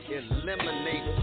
eliminate